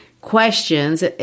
questions